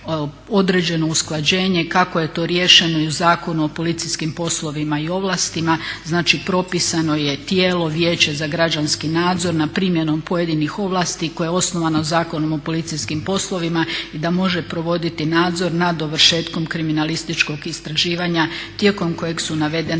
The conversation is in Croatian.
određeno usklađenje kako je to riješeno i u Zakonu o policijskim poslovima i ovlastima. Znači propisano je tijelo Vijeće za građanski nadzor nad primjenom pojedinih ovlasti koje je osnovano Zakonom o policijskim poslovima i da možemo provoditi nadzor nad dovršetkom kriminalističkog istraživanja tijekom kojeg su navedene